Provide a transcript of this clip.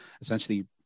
essentially